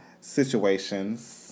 situations